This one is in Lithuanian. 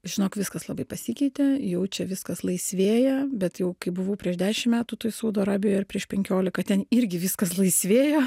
žinok viskas labai pasikeitė jau čia viskas laisvėja bet jau kai buvau prieš dešim metų toj saudo arabijoj ar prieš penkiolika ten irgi viskas laisvėjo